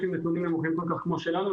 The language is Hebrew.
עם נתונים נמוכים כל כך כמו שלנו.